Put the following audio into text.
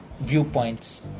viewpoints